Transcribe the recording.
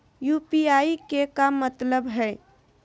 UPI के का मतलब हई?